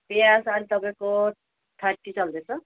प्याज अहिले तपाईँको थर्टी चल्दैछ